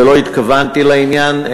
ולא התכוונתי לעניין,